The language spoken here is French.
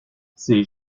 ses